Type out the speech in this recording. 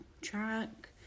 track